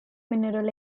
mineral